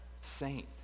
saint